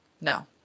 No